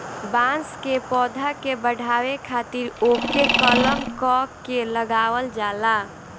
बांस के पौधा के बढ़ावे खातिर ओके कलम क के लगावल जाला